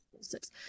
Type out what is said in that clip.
six